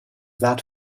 that